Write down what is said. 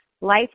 Life